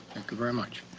you very much.